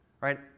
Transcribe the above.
right